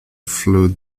flood